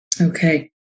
Okay